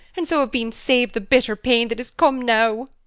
and so have been saved the bitter pain that has come now!